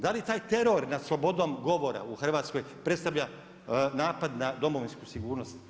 Da li taj teror nad slobodom govora u Hrvatskoj predstavlja napad na Domovinsku sigurnost?